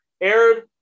aired